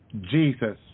jesus